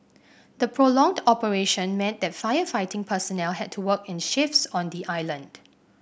the prolonged operation meant that firefighting personnel had to work in shifts on the island